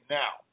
now